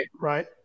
Right